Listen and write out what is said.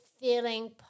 feeling